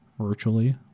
virtually